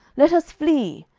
let us flee,